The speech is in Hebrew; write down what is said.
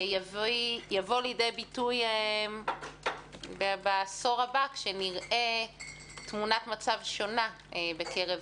יבוא לידי ביטוי בעשור הבא כשנראה תמונת מצב שונה בקרב